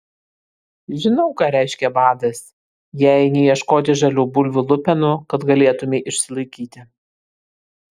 žinau ką reiškia badas jei eini ieškoti žalių bulvių lupenų kad galėtumei išsilaikyti